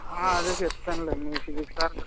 అదే చెప్తానులే మీ ఫిజిక్స్ సార్